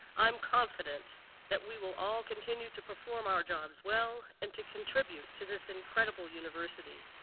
i'm confident that we will all continue to perform our jobs well and to contribute to this incredible university.